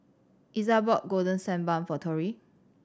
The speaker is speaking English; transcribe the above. Iza bought Golden Sand Bun for Torrie